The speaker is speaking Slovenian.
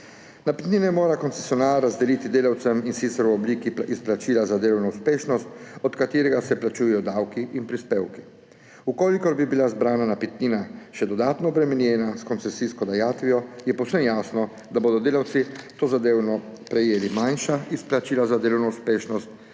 Napitnine mora koncesionar razdeliti delavcem, in sicer v obliki izplačila za delovno uspešnost, od katerega se plačujejo davki in prispevki. Če bi bila zbrana napitnina še dodatno obremenjena s koncesijsko dajatvijo, je povsem jasno, da bodo delavci tozadevno prejeli manjša izplačila za delovno uspešnost,